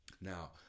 Now